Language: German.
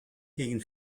gegen